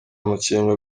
makenga